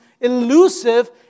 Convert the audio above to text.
elusive